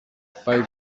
five